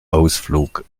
ausflug